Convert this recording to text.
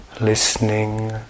listening